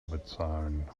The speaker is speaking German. bezahlen